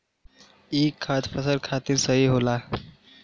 ई खाद फसल खातिर सही होला